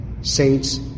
saints